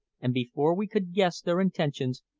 and before we could guess their intentions,